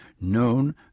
known